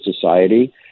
society